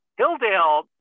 Hildale